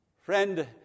Friend